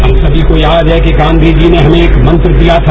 हम समी को याद है कि गाँधी जी ने हमें एक मंत्र दिया था